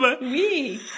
Oui